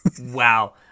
Wow